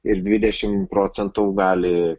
ir dvidešim procentų gali